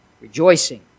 rejoicing